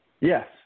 Yes